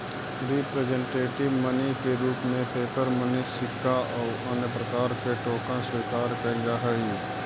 representative money के रूप में पेपर मनी सिक्का आउ अन्य प्रकार के टोकन स्वीकार कैल जा हई